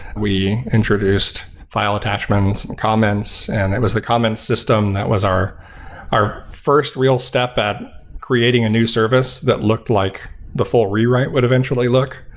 we introduced file attachments and comments, and it was the comment system, that was our our first real step at creating a new service that looked like the full rewrite would eventually look.